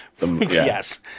Yes